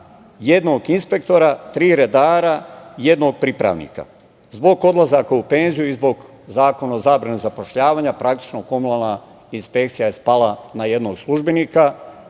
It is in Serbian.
jednog inspektora, tri redara i jednog pripravnika, zbog odlazaka u penziju i zbog Zakona o zabrani zapošljavanja, praktično komunalna inspekcija je spala na jednog službenika,